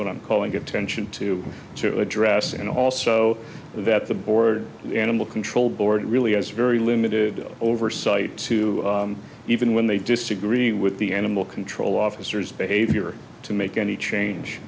what i'm calling attention to to address and also that the board animal control board really has very limited oversight to even when they disagree with the animal control officers behavior to make any change